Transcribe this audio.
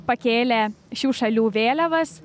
pakėlė šių šalių vėliavas